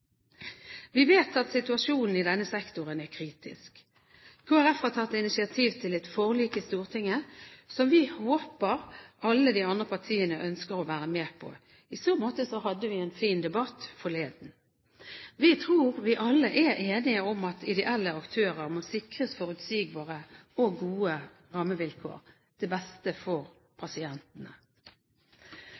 Vi vet at situasjonen i denne sektoren er kritisk. Kristelig Folkeparti har tatt initiativ til et forlik i Stortinget som vi håper alle de andre partiene ønsker å være med på. I så måte hadde vi en fin debatt forleden. Vi tror vi alle er enige om at ideelle aktører må sikres forutsigbare og gode rammevilkår til beste for pasientene.